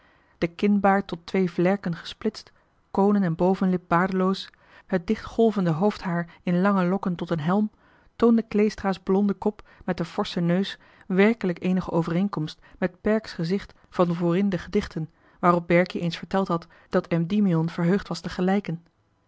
zelf ingenomenheid den kinbaard tot twee vlerken gesplitst koonen en bovenlip baardeloos het dichtgolvende hoofdhaar in lange lokken tot een helm toonde kleestra's blonde kop met den forschen neus werkelijk eenige overeenkomst met perk's gezicht van voorin de gedichten waarop berkie eens verteld had dat endymion verheugd was